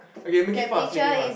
okay make it fast make it fast